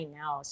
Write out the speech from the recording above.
now